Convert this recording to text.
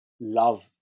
Love